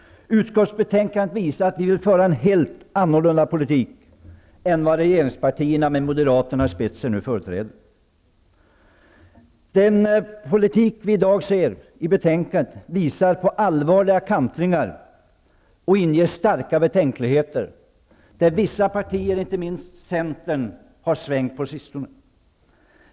Utskottsbetänkandet visar att vi vill föra en helt annorlunda politik än vad regeringspartierna, med Moderaterna i spetsen, nu företräder. Den politik vi i dag ser i betänkandet visar på allvarliga kantringar och inger starka betänkligheter, där vissa partier, inte minst Centern, har svängt på sistone.